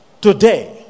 Today